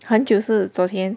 很久是昨天